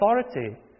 authority